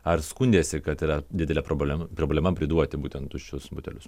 ar skundėsi kad yra didelė problem problema priduoti būtent tuščius butelius